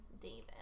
David